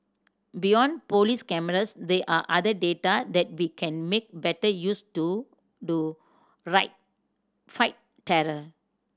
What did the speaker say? beyond police cameras there are other data that we can make better use to do right fight terror